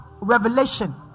revelation